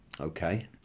Okay